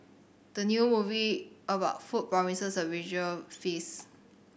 the new movie about food promises a visual feast